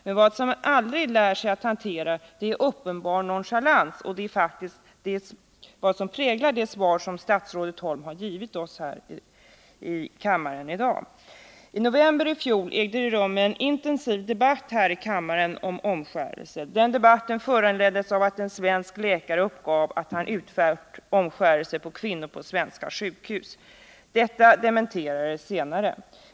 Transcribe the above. Men vad man aldrig lär sig att hantera är uppenbar nonchalans, och det är faktiskt vad som präglar det svar som statsrådet Holm givit oss här i kammaren i dag. I november i fjol ägde det rum en intensiv debatt om omskärelse här i kammaren. Den debatten föranleddes av att en svensk läkare uppgav att han utfört omskärelse på kvinnor på svenska sjukhus. Detta dementerades senare.